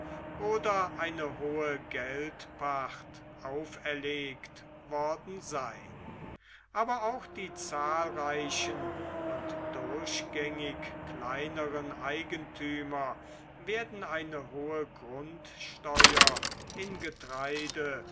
oder eine hohe geldpacht auferlegt worden sein aber auch die zahlreichen und durchgängig kleineren eigentümer werden eine hohe grundsteuer in getreide